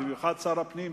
במיוחד של שר הפנים,